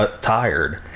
tired